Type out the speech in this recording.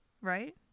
Right